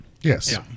Yes